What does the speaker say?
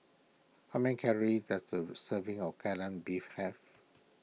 how many calories does a serving of Kai Lan Beef have